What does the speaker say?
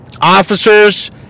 officers